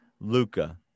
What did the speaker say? Luca